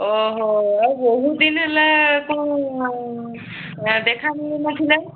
ଓ ହୋ ଆଉ ବହୁତ ଦିନ ହେଲା ଦେଖା ମିଳୁ ନଥିଲା